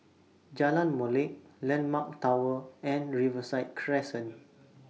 Jalan Molek Landmark Tower and Riverside Crescent